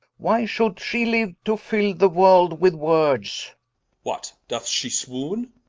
why should shee liue, to fill the world with words what? doth shee swowne?